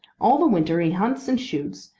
all the winter he hunts and shoots,